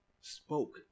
spoke